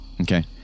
Okay